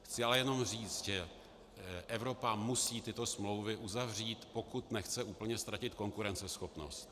Chci ale jenom říct, že Evropa musí tyto smlouvy uzavřít, pokud nechce úplně ztratit konkurenceschopnost.